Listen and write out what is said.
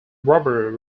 rubber